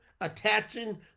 Attaching